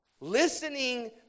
Listening